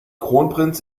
kronprinz